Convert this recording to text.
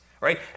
right